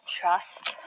trust